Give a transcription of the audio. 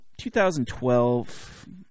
2012